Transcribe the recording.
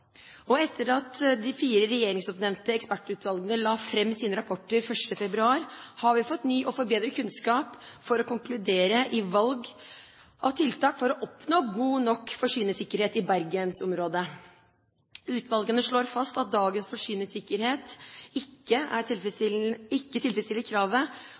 Europa. Etter at de fire regjeringsoppnevnte ekspertutvalgene la fram sine rapporter den 1. februar, har vi fått ny og forbedret kunnskap for å konkludere i valg av tiltak for å oppnå god nok forsyningssikkerhet i bergensområdet. Utvalgene slår fast at dagens forsyningssikkerhet ikke tilfredsstiller kravet